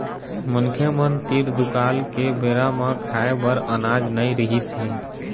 मनखे मन तीर दुकाल के बेरा म खाए बर अनाज नइ रिहिस हे